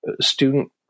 student